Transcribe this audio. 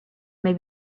may